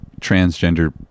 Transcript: transgender